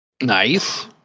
Nice